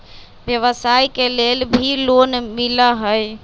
व्यवसाय के लेल भी लोन मिलहई?